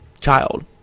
child